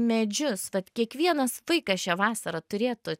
medžius kad kiekvienas vaikas šią vasarą turėtų